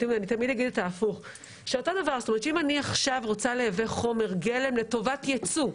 אם אני עכשיו רוצה לייבא חומר גלם לטובת ייצוא,